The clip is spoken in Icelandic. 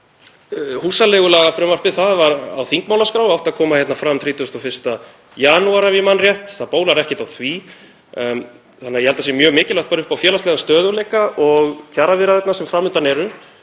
Húsaleigulagafrumvarpið var á þingmálaskrá og átti að koma hérna fram 31. janúar, ef ég man rétt. Það bólar ekkert á því. Þannig að ég held að það sé mjög mikilvægt, bara upp á félagslegan stöðugleika og kjaraviðræðurnar sem fram undan eru,